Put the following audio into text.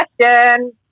question